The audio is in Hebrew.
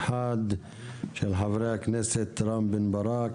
של חברי הכנסת רם בן ברק,